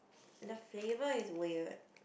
the flavour is weird